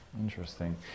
Interesting